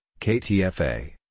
KTFA